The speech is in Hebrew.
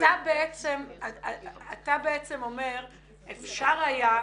אתה בעצם אומר שאפשר היה,